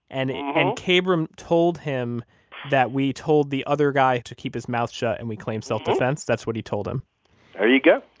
and and kabrahm told him that we told the other guy to keep his mouth shut and we claimed self-defense? that's what he told him there you go.